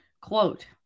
quote